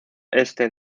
este